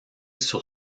sur